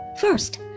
First